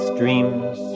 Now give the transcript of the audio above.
dreams